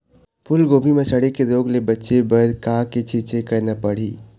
फूलगोभी म सड़े के रोग ले बचे बर का के छींचे करना ये?